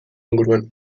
inguruan